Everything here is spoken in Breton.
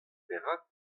perak